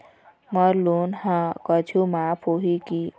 मोर loan हा कुछू माफ होही की?